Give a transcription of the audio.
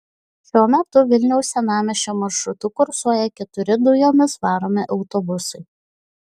šiuo metu vilniaus senamiesčio maršrutu kursuoja keturi dujomis varomi autobusai